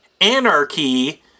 anarchy